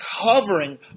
covering